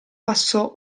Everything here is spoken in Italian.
passò